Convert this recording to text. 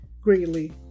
greatly